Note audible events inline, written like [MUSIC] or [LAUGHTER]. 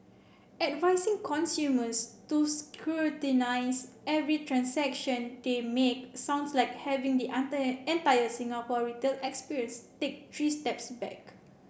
advising consumers to scrutinise every transaction they make sounds like having the [UNINTELLIGIBLE] entire Singapore retail experience take three steps back